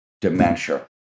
dementia